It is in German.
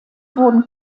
wurden